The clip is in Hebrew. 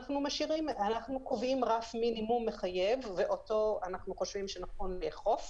אנחנו קובעים רף מינימום מחייב ואותו אנחנו חושבים שנכון לאכוף.